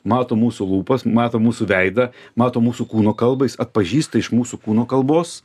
mato mūsų lūpas mato mūsų veidą mato mūsų kūno kalbą jis atpažįsta iš mūsų kūno kalbos